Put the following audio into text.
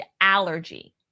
allergy